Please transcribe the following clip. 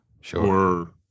Sure